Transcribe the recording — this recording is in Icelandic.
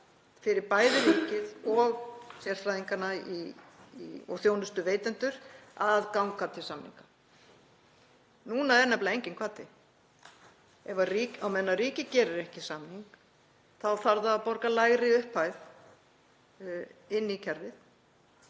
fyrir bæði ríkið og þjónustuveitendur að ganga til samninga. Núna er nefnilega enginn hvati. Á meðan ríkið gerir ekki samning þá þarf það að borga lægri upphæð inn í kerfið